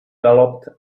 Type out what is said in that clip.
galloped